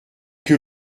que